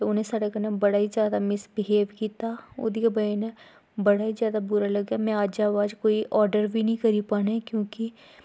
ते उ'नैं साढ़ै कन्नै बड़ा गै जादा मिस बिहेव कीता ओह्दिया बजह् कन्नै बड़ा गै जादा बुरा लग्गा में अज्जै शा बाद कोई आर्डर बी निं करी पाना ऐ क्योंकि